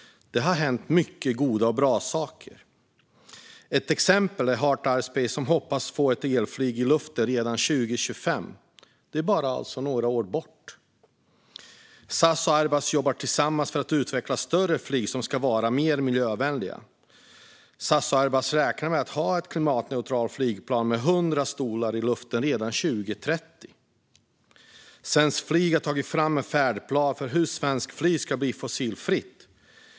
Det har hänt mycket bra saker. Ett exempel är Heart Aerospace, som hoppas få ett elflyg i luften redan 2025 - alltså bara några år bort. SAS och Airbus jobbar tillsammans för att utveckla större flyg som ska vara mer miljövänliga. De räknar med att ha ett klimatneutralt flygplan med 100 stolar i luften redan 2030. Svenskt Flyg har tagit fram en färdplan för hur svenskt flyg ska bli fossilfritt.